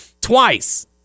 twice